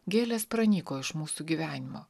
gėlės pranyko iš mūsų gyvenimo